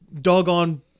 doggone